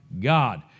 god